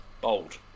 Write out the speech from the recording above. Bold